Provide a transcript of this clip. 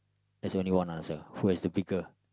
there's only one answer who has the picker